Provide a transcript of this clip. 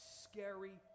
scary